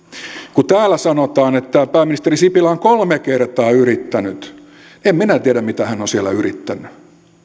täällä sanotaan että pääministeri sipilä on kolme kertaa yrittänyt en minä tiedä mitä hän on siellä yrittänyt